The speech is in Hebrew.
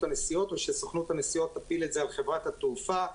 הנסיעות או שסוכנות הנסיעות תפיל את זה על חברת התעופה.